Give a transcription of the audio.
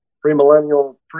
Pre-millennial